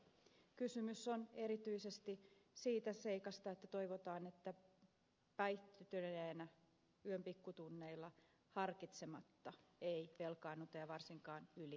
kysymys on erityisesti siitä seikasta että toivotaan että päihtyneenä yön pikkutunneilla harkitsematta ei velkaannuta ja varsinkaan ylivelkaannuta